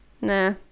Nah